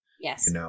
Yes